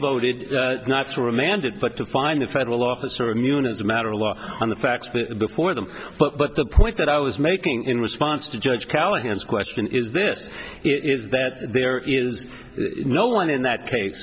voted not to remanded but to find a federal officer immune as a matter of law on the facts before them but the point that i was making in response to judge callahan's question is this is that there is no one in that case